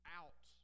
out